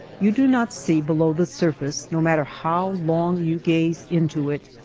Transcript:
you do not see below the surface no matter how long you gaze into it.